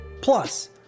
Plus